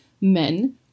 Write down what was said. men